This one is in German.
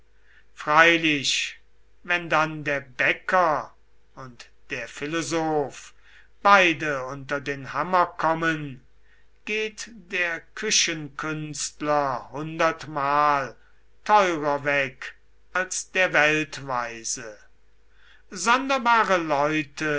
freilich wenn dann der bäcker und der philosoph beide unter den hammer kommen geht der kuchenkünstler hundertmal teurer weg als der weltweise sonderbare leute